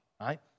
right